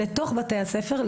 לתוך בתי הספר,